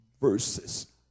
verses